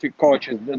coaches